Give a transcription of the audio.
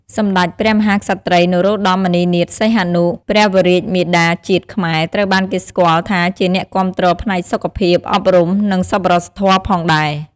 សម្តេចព្រះមហាក្សត្រី នរោត្តម មុនិនាថ សីហនុ ព្រះវររាជមាតាជាតិខ្មែរត្រូវបានគេស្គាល់ថាជាអ្នកគាំទ្រផ្នែកសុខភាព អប់រំ និងសប្បុរសធម៌ផងដែរ។